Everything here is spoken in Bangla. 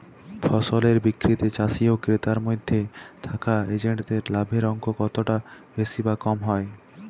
ফসলের বিক্রিতে চাষী ও ক্রেতার মধ্যে থাকা এজেন্টদের লাভের অঙ্ক কতটা বেশি বা কম হয়?